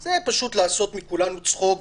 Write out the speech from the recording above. זה לעשות מכולנו צחוק.